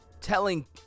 telling